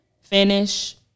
Finish